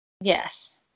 Yes